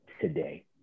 today